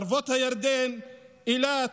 ערבות הירדן, אילת,